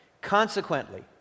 Consequently